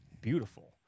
beautiful